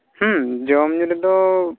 ᱦᱚᱸ ᱡᱚᱢᱼᱧᱩ ᱨᱮᱫᱚ